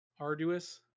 Arduous